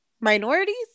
minorities